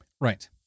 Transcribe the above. Right